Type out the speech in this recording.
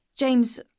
James